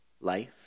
life